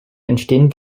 entstehen